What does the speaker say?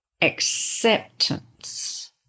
acceptance